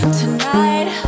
tonight